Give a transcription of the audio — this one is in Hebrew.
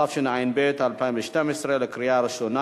התשע"ב 2012, קריאה ראשונה.